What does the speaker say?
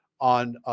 on